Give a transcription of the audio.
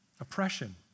oppression